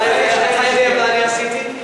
אתה יודע מה שאני עשיתי?